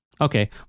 Okay